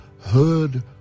heard